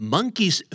Monkey's